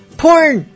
porn